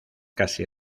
casi